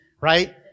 right